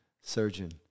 surgeon